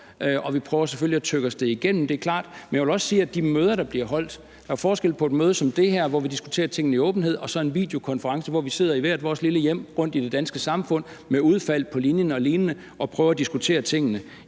Og vi prøver selvfølgelig at tygge os igennem det – det er klart. Men i forhold til de møder, der bliver holdt, vil jeg også sige, at der jo er forskel på et møde som det her, hvor vi diskuterer tingene i åbenhed, og så en videokonference, hvor vi sidder i hvert vores lille hjem rundtomkring i det danske samfund, med udfald på linjen og lignende og prøver at diskutere tingene.